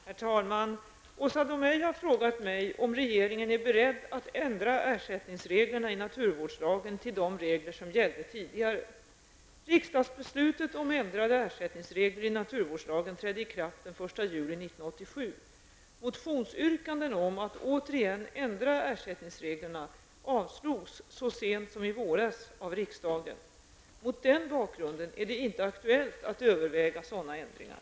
Herr talman! Åsa Domeij har frågat mig om regeringen är beredd att ändra ersättningsreglerna i naturvårdslagen till de regler som gällde tidigare. Motionsyrkanden om att återigen ändra ersättningsreglerna avslogs så sent som i våras av riksdagen. Mot den bakgrunden är det inte aktuellt att överväga sådana ändringar.